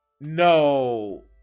No